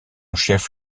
chef